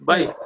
Bye